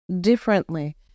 differently